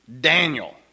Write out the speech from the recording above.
Daniel